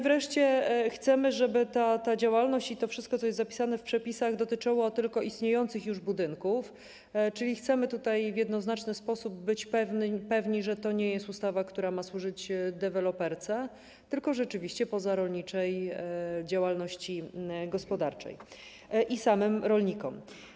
Wreszcie chcemy, żeby ta działalność i to wszystko, co jest zapisane w przepisach, dotyczyło tylko istniejących już budynków, czyli chcemy w jednoznaczny sposób być pewni, że to nie jest ustawa, która ma służyć deweloperce, tylko rzeczywiście pozarolniczej działalności gospodarczej i samym rolnikom.